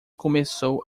começou